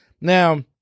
Now